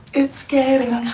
it's getting